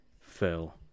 Phil